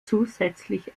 zusätzlich